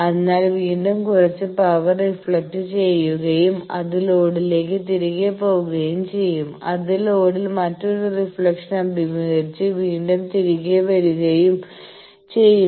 അതിനാൽ വീണ്ടും കുറച്ച് പവർ റിഫ്ലക്ട് ചെയുകയും അത് ലോഡിലേക്ക് തിരികെ പോകുകയും ചെയ്യും അത് ലോഡിൽ മറ്റൊരു റിഫ്ലക്ഷൻ അഭിമുഖീകരിച്ച് വീണ്ടും തിരികെ വരുകയും ചെയ്യുന്നു